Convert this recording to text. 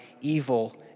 evil